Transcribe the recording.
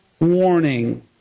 warning